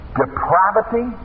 depravity